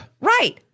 Right